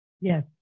Yes